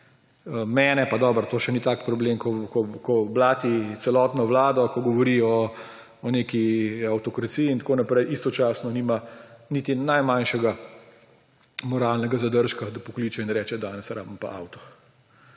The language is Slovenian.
mene, pa dobro, to še ni tak problem, ko blati celotno vlado, ko govori o neki avtokraciji in tako naprej, istočasno nima niti najmanjšega moralnega zadržka, da pokliče in reče: »Danes rabim pa avto«.